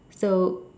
so